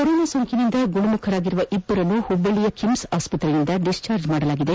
corona ಸೋಂಕಿನಿಂದ ಗುಣಮುಖರಾಗಿರುವ ಇಬ್ಬರನ್ನು ಹುಬ್ಬಳ್ಳಿಯ ಕಿಮ್ಬ್ ಆಸ್ಸತ್ರೆಯಿಂದ ಡಿಸ್ಟಾರ್ಜ್ ಮಡಲಾಗಿದೆ